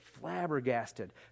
flabbergasted